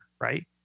right